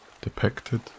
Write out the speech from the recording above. depicted